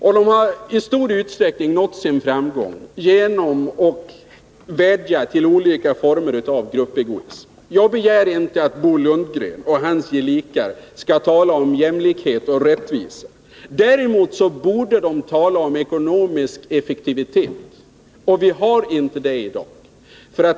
Och de har i stor utsträckning nått sin framgång genom att vädja till olika former av gruppegoism. Jag begär inte att Bo Lundgren och hans gelikar skall tala om jämlikhet och rättvisa. Däremot borde de tala om ekonomisk effektivitet — och vi har inte det i dag.